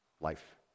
Life